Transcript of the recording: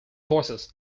voices